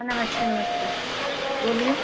नमस्ते नमस्ते बोलिए